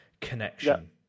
connection